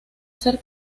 ser